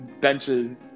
benches